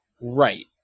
Right